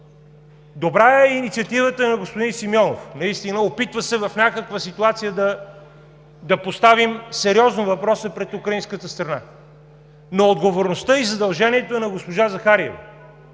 Добра е инициативата на господин Симеонов – опитва се в някаква ситуация да поставим сериозно въпроса пред украинската страна, но отговорността и задължението е на госпожа Захариева!